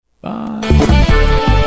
Bye